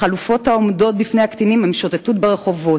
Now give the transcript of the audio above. החלופות העומדות בפני הקטינים הן שוטטות ברחובות